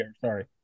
sorry